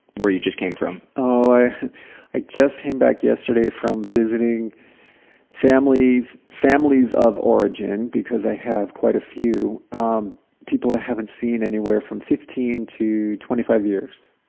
where you just came from. i i just came back yesterday from visiting families families of origin, because i have quite a few, um people i haven't seen anywhere from fifteen to twenty five years.